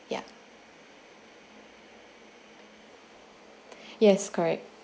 ya yes correct